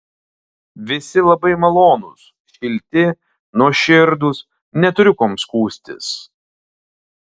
visi labai malonūs šilti nuoširdūs neturiu kuom skųstis